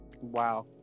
Wow